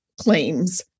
claims